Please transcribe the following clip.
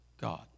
God